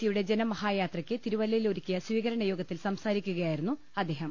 സിയുടെ ജനമഹായാത്രക്ക് തിരുവല്ലയിൽ ഒരുക്കിയ സ്വീക രണയോഗത്തിൽ സംസാരിക്കുകയായിരുന്നു അദ്ദേഹം